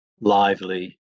lively